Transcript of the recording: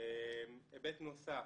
היבט נוסף: